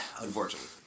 Unfortunately